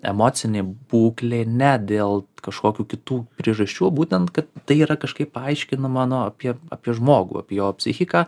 emocinė būklė ne dėl kažkokių kitų priežasčių būtent kad tai yra kažkaip paaiškino nu apie apie žmogų apie jo psichiką